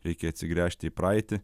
reikia atsigręžti į praeitį